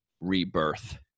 rebirth